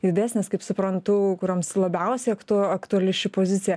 didesnės kaip suprantu kurioms labiausiai aktu aktuali ši pozicija